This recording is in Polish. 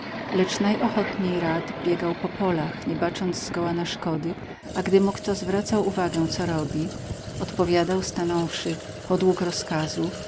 lecz najochotniej rad biegał po polach nie bacząc zgoła na szkody a gdy mu kto zwracał uwagę co robi odpowiadał stanąwszy podług rozkazu